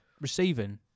receiving